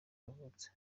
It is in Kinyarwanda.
yavutse